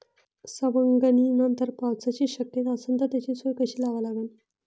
सवंगनीनंतर पावसाची शक्यता असन त त्याची सोय कशी लावा लागन?